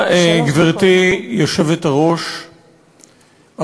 גברתי היושבת-ראש,